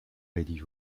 rédige